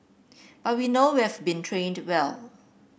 but we know we've been trained well